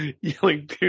yelling